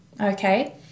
okay